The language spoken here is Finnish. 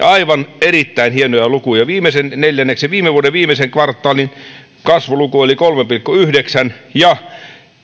aivan erittäin hienoja lukuja viimeisen neljänneksen viime vuoden viimeisen kvartaalin kasvuluku oli kolme pilkku yhdeksän ja